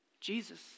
Jesus